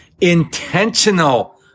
intentional